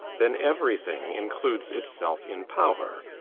then everything includes itself in power,